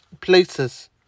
places